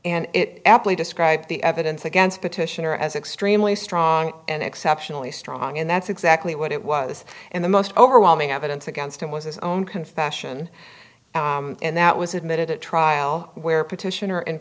aptly described the evidence against petitioner as extremely strong and exceptionally strong and that's exactly what it was and the most overwhelming evidence against him was his own confession and that was admitted at trial where petitioner in